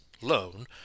loan